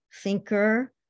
thinker